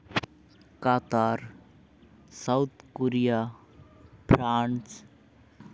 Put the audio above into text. ᱠᱟᱛᱟᱨ Saudi Korea France